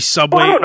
Subway